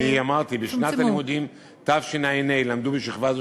אני אמרתי שבשנת הלימודים תשע"ה למדו בשכבה זו